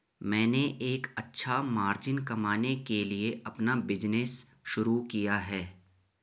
मैंने एक अच्छा मार्जिन कमाने के लिए अपना बिज़नेस शुरू किया है